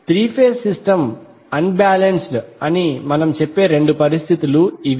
three phase system unbalanced అని మనము చెప్పే రెండు పరిస్థితులు ఇవి